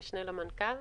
המשנה למנכ"ל.